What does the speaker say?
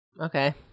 okay